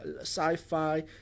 sci-fi